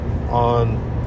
on